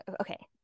Okay